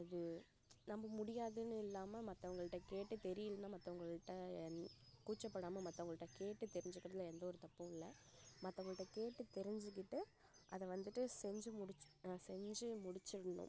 அது நம்ம முடியாதுன்னு இல்லாமல் மற்றவங்கள்ட்ட கேட்டு தெரியில்லைன்னா மற்றவங்கள்ட்ட கூச்சப்படாமல் மற்றவங்கள்ட்ட கேட்டு தெரிஞ்சிக்கறதில் எந்த ஒரு தப்பும் இல்லை மற்றவங்கள்ட்ட கேட்டு தெரிஞ்சிக்கிட்டு அதை வந்துவிட்டு செஞ்சு முடிச்சு நான் செஞ்சு முடிச்சுட்ணும்